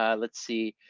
um let's see.